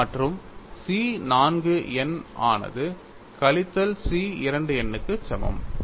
மற்றும் C 4 n ஆனது கழித்தல் C 2 n க்கு சமம்